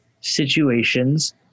situations